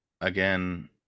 again